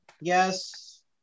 Yes